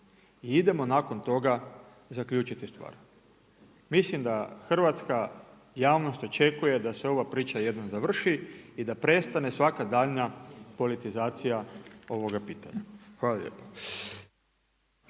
i idemo nakon toga zaključiti stvar. Mislim da Hrvatska javnost očekuje da se ova priča jednom završi i da prestane svaka daljnja politizacija ovoga pitanja. Hvala lijepo.